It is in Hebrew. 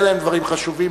אלה הם דברים חשובים.